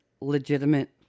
legitimate